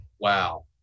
Wow